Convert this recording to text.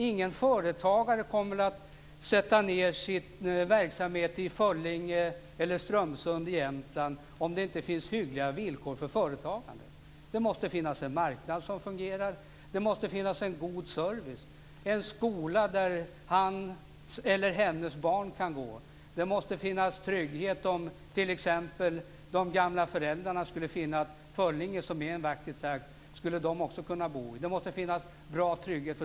Ingen företagare kommer att förlägga sin verksamhet till Föllinge eller Strömsund i Jämtland om det inte finns hyggliga villkor för förtagande. Det måste finnas en marknad som fungerar, en god service, en skola där företagarens barn kan gå och en trygghet om t.ex. hans eller hennes gamla föräldrar vill bosätta sig på orten.